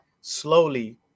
slowly